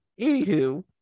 anywho